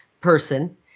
person